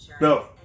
No